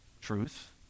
truth